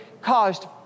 caused